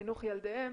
לחינוך ילדיהם,